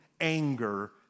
anger